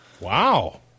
Wow